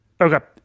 Okay